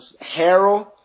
Harold